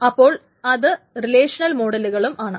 അപ്പോൾ ഇത് റിലേഷണൽ മോഡലുകളും ആണ്